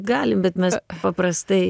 galim bet mes paprastai